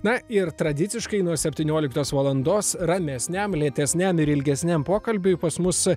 na ir tradiciškai nuo septynioliktos valandos ramesniam lėtesniam ir ilgesniam pokalbiui pas mus